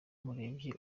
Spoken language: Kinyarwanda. umurebye